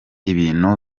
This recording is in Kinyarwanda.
ibintu